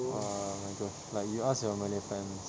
err my gosh like you ask your malay friends